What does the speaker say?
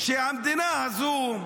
שהמדינה הזו,